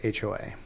HOA